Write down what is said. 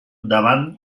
davant